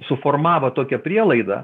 suformavo tokią prielaidą